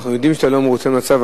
אנחנו יודעים שאתה לא מרוצה מהמצב,